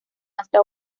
hasta